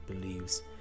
believes